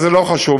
זה לא חשוב,